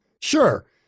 Sure